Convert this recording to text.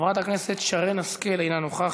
חברת הכנסת שרן השכל,